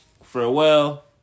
Farewell